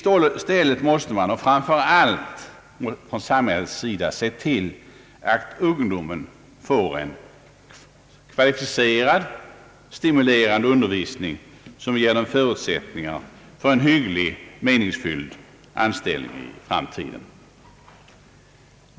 I stället måste man från samhällets sida se till att ungdomen får en kvalificerad, stimulerande undervisning som ger dem förutsättningar för en hygglig, meningsfylld anställning i framtiden.